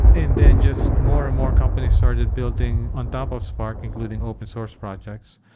and then just more and more companies started building on top of spark, including open source projects.